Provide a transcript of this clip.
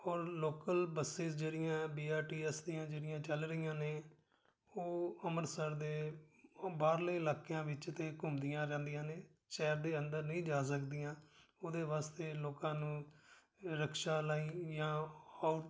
ਔਰ local buses ਜਿਹੜੀਆਂ B R T S ਦੀਆਂ ਜਿਹੜੀਆਂ ਚੱਲ ਰਹੀਆਂ ਨੇ ਉਹ ਅੰਮ੍ਰਿਤਸਰ ਦੇ ਉਹ ਬਾਹਰਲੇ ਇਲਾਕਿਆਂ ਵਿੱਚ ਤਾਂ ਘੁੰਮਦੀਆਂ ਰਹਿੰਦੀਆਂ ਨੇ ਸ਼ਹਿਰ ਦੇ ਅੰਦਰ ਨਹੀਂ ਜਾ ਸਕਦੀਆਂ ਉਹਦੇ ਵਾਸਤੇ ਲੋਕਾਂ ਨੂੰ ਰਕਸ਼ਾ ਲਈ ਜਾਂ ਔ